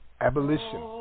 Abolition